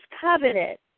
covenant